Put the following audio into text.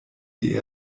die